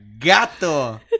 Gato